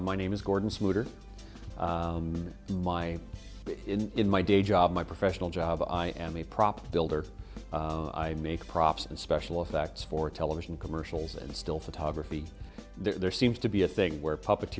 my name is gordon smith or in my in my day job my professional job i am a prop builder i make props and special effects for television commercials and still photography there seems to be a thing where p